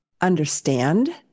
understand